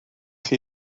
chi